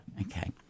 Okay